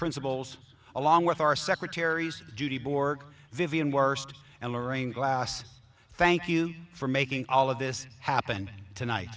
principals along with our secretaries judy borg vivian worst and lorraine glass thank you for making all of this happen tonight